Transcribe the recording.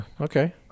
okay